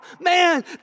man